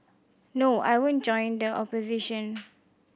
no I won't join the opposition